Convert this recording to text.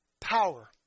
power